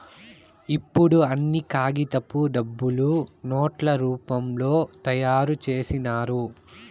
ఇప్పుడు అన్ని కాగితపు డబ్బులు నోట్ల రూపంలో తయారు చేసినారు